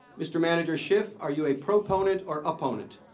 mr manager schiff, are you a proponent or opponent?